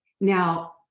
now